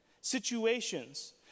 Situations